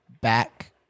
back